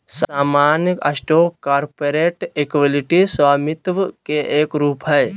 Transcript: सामान्य stock corporate equity स्वामित्व के एक रूप हय